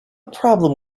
problem